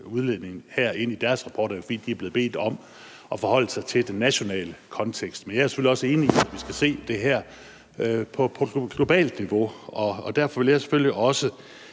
udledningen ind i deres rapport, er det jo, fordi de er blevet bedt om at forholde sig til den nationale kontekst. Men jeg er selvfølgelig også enig i, at vi skal se det her på et globalt niveau, og derfor vil jeg selvfølgelig også